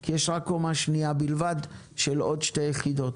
כי יש רק קומה שנייה בלבד של עוד שתי יחידות.